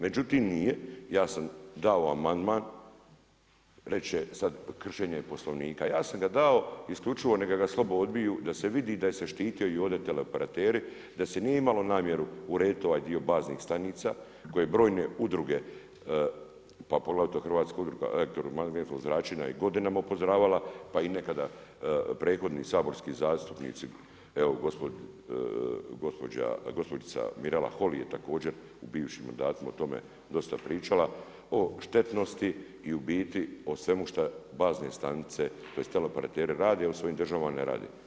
Međutim nije, ja sam dao amandman, reći će sada kršenje Poslovnika, ja sam ga dao isključivo, neka ga slobodno odbiju da se vidi da se štite i ovdje teleoperateri, da se nije imalo namjeru urediti ovaj dio baznih stanica koje brojne udruge, pa poglavito Hrvatska udruga elektromagnetskog zračenja je godinama upozoravala pa i nekada prethodni saborski zastupnici, evo gospođica Mirela Holy je također u bivšim mandatima o tome dosta pričala o štetnosti i u biti o svemu što bazne stanice, tj. teleoperateri rade a u svojim državama ne rade.